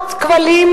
הלאומיות.